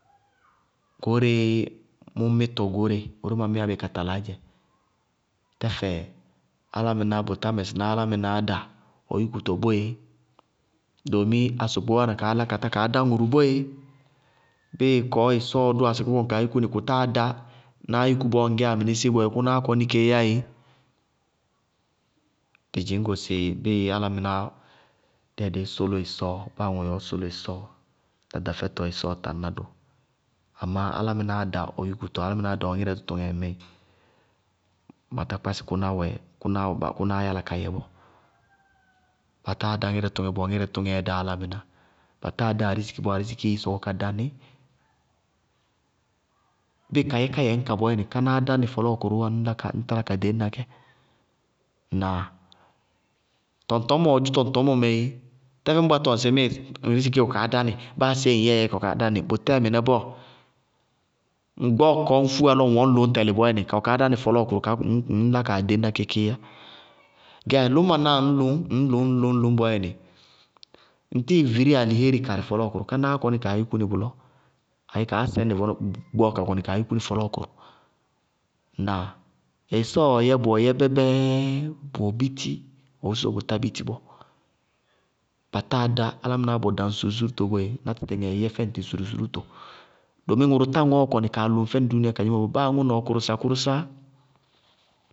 Goóreé mʋ mɩtɔ goóre, goóreé mʋʋ mɩá bɩ ka talaá dzɛ. Tɛfɛ álámɩná bʋ tá mɛsɩná álámɩnáá da ɔ yúkutɔ bɔɔé. Doomi asokpoó wáana kaá lá, ka tá kaá dá ŋʋrʋ boé. Bɩɩ kɔɔ ɩsɔɔɔ dʋwá sɩ kʋ kɔnɩ kaa yúkú nɩ, kʋ táa dá sɩ náá yúkú bɔɔ ŋŋgɛyá mɩnɩsɩɩ boé kʋnáá kɔnɩ kaa yúkú nɩ kéé yá ééé. Dɩ dzɩñ go sɩ bɩɩ álámɩná, dɩ yɛ dɩɩ sʋlʋ ɩsɔɔ, báa aŋʋʋ yɛ ɔɔ sʋlʋ ɩsɔɔ, ɖaɖa fɛfɛtɔ, ɩsɔɔɔ taŋná dʋ, amá álámɩnáá da ɔ yúkutɔ, álámɩnáá da ʋ ŋɩrɛ tʋtʋŋɛ, matá kpá sɩ kʋná wɛ gba, kʋnáá yála ka yɛ bɔɔ. Batáa dá ŋɩrɛtʋtʋŋɛ bɔɔ, ŋɩrɛtʋtʋŋɛɛ dá álámɩná. Batáa dá ariziki bɔɔ, arizikii sɔkɔ ka da nɩ. Bɩɩ kayɛ ká yɛ ŋñka bɔɔyɛnɩ, kánáá dá nɩ fɔlɔɔkʋrʋʋwá ññ talá ka deñna kɛ. Ŋnáa? Tɔŋtɔñmɔɔ dzʋ tɔŋtɔñmɔ wɛee tɛfɛ ñŋ tɔŋ sɩŋmɩɩ ŋŋriziki wɛ kaá dá nɩ, báa séé ŋyɛɛɛ kawɛ kaá dá nɩ. Bʋtɛɛ mɩnɛ bɔɔ,ŋ gbɔɔɔ kɔɔ ñ fúa lɔ ŋwɔŋñ lʋñ tɛlɩ bɔɔyɛ nɩ, kawɔ kaá dá nɩ fɔlɔɔkʋrʋ ká ŋ ŋñlá kaa ɖeñna kɛ kéé yá. Gɛ, lɩʋñmanáá ŋñ lʋñ ŋñ lʋñ ŋñ lʋñ bɔɔyɛ nɩ, ŋtɩɩ viri alihééri karɩ fɔlɔɔkʋrʋ bʋʋyɛ nɩ, kánáá kɔnɩ kaa yúkú nɩ bʋlɔ, abé kaá sɛñnɩ gbɔɔɔ ka kɔnɩ kaa yúkú nɩ fɔlɔɔkʋrʋ. Ŋnáa? Ɩsɔɔɔ yɛ bʋwɛ yɛbɛbɛɛɛ, bʋwɛ biti, ɔ weésósóó bʋtá biti bɔɔ. Batáa dá, álámɩná, bɔ da ŋ sulusúlúto boéé, ná tɩtɩŋɛɛ yɛ fɛ ŋtɩ sulusúlúto. Doomi ŋʋrʋ tá ŋɔɔ kɔnɩ kaa lʋŋ fɛnɩ dúúnia kadzé mɛ bɔɔ, báa aŋʋ na ɔ kʋrʋsakʋrʋsá.